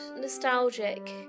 nostalgic